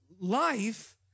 life